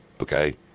Okay